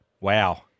Wow